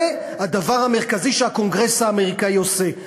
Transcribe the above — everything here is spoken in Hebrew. זה הדבר המרכזי שהקונגרס האמריקני עושה,